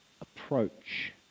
approach